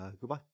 Goodbye